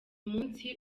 munsi